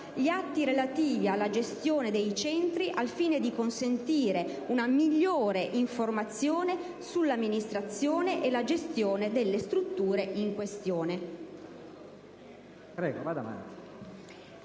gli atti relativi alla gestione dei Centri al fine di consentire una migliore informazione sull'amministrazione e la gestione delle strutture in questione».